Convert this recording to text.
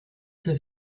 für